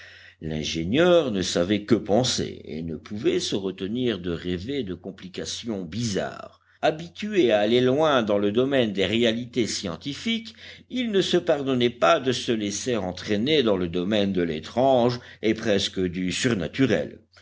l'ingénieur ne savait que penser et ne pouvait se retenir de rêver de complications bizarres habitué à aller loin dans le domaine des réalités scientifiques il ne se pardonnait pas de se laisser entraîner dans le domaine de l'étrange et presque du surnaturel